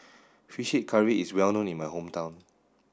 fish curry is well known in my hometown